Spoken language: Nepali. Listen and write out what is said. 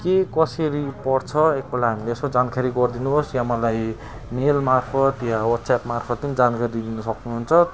के कसरी पर्छ एकपल्ट हामलाई यसो जानकारी गरिदिनुहोस् या मलाई मेलमार्फत या वाट्सएपमार्फत पनि जानकारी दिन सक्नुहुन्छ